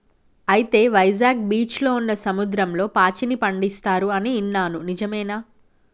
అయితే వైజాగ్ బీచ్లో ఉన్న సముద్రంలో పాచిని పండిస్తారు అని ఇన్నాను నిజమేనా